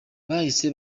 bahise